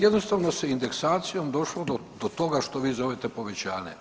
Jednostavno se indeksacijom došlo do toga što vi zovete povećanje.